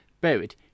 buried